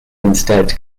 instead